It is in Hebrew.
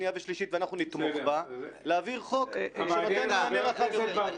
שנייה ושלישית ואנחנו נתמוך בה חוק שנותן מענה רחב יותר.